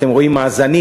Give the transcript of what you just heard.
אתם רואים מאזנים,